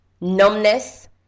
numbness